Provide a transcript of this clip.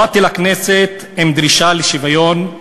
באתי לכנסת עם דרישה לשוויון,